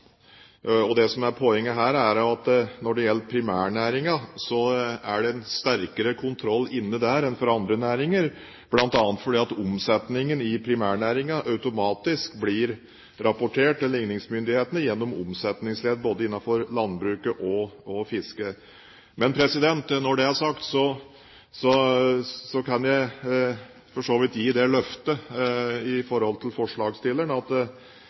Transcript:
Det som er poenget her, er at når det gjelder primærnæringene, er det en sterkere kontroll enn for andre næringer, bl.a. fordi omsetningen i primærnæringene automatisk blir rapportert til ligningsmyndighetene gjennom omsetningsledd både innenfor landbruk og fiske. Men når det er sagt, kan jeg for så vidt gi det løftet til forslagsstilleren at